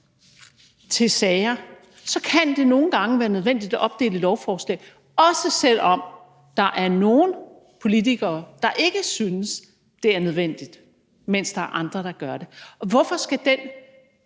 til sager, så kan det nogle gange være nødvendigt at opdele et lovforslag, også selv om der er nogle politikere, der ikke synes, det er nødvendigt, mens der er andre, der gør det? Og hvorfor skal den